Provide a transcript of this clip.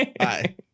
Hi